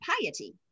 piety